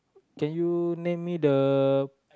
can you name be the